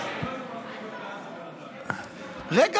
ספר לנו מה המדיניות בעזה עכשיו.